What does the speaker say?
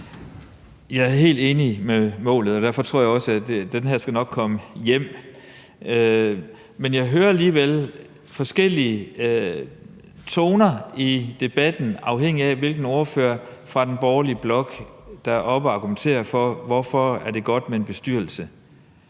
Jeg er helt enig i målet, og derfor tror jeg også, at den her nok skal komme hjem. Men jeg hører alligevel forskellige toner i debatten, afhængigt af hvilken ordfører fra den borgerlige blok der er oppe at argumentere for, hvorfor det er godt med en bestyrelse.